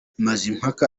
mazimpaka